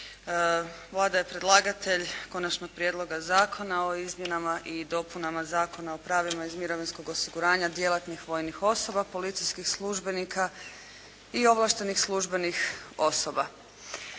Vlada je predlagatelj Konačnog prijedloga zakona o izmjenama i dopunama Zakona o pravima iz mirovinskog osiguranja djelatnih vojnih osoba, policijskih službenika i ovlaštenih službenih osoba.